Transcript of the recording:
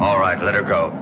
all right let her go